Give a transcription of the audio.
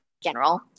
General